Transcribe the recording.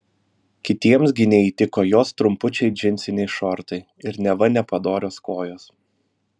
kitiems gi neįtiko jos trumpučiai džinsiniai šortai ir neva nepadorios kojos